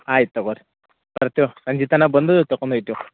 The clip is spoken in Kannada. ಆಯ್ತು ತಗೊ ರೀ ಬರ್ತೇವೆ ಸಂಜೆ ತನ ಬಂದು ತಕೊಂಡು ಒಯ್ತೇವೆ